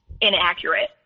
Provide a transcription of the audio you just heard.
inaccurate